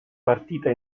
partite